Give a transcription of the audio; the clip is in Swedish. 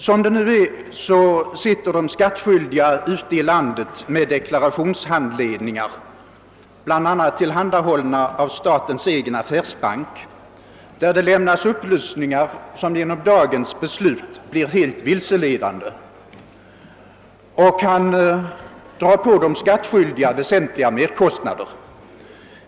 Som det nu är sitter folk ute i landet med deklarationshandledningar, bl.a. tillhandahållna av statens egen affärsbank, där det lämnas upplysningar som genom dagens beslut blir helt vilseledande och kan dra på de skattskyldiga väsentliga merkostnader.